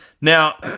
now